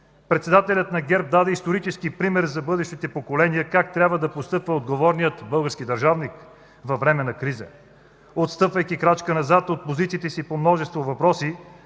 Председателят на ГЕРБ даде исторически пример за бъдещите поколения как трябва да постъпва отговорният български държавник във време на криза. Отстъпвайки крачка назад от позициите си по множество въпроси,